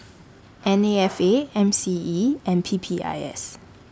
N A F A M C E and P P I S